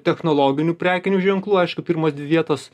technologinių prekinių ženklų aišku pirmos dvi vietos